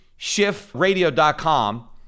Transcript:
shiftradio.com